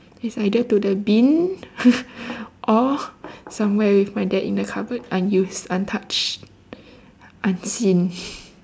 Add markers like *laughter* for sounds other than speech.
it's either to the bin *laughs* or somewhere with my dad in the cupboard unused untouched unseen